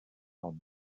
lors